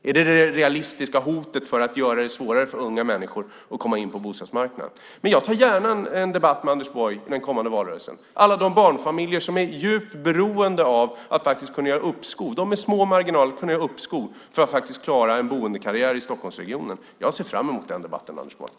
Är det detta realistiska hot som rättfärdigar att man gör det svårare för unga att komma in på bostadsmarknaden? Jag tar gärna en debatt med Anders Borg i den kommande valrörelsen om alla de barnfamiljer med små marginaler som är beroende av att kunna göra uppskov för att klara en boendekarriär i Stockholmsregionen. Jag ser fram emot den debatten, Anders Borg.